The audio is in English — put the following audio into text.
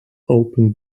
open